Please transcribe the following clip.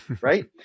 right